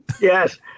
Yes